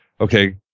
okay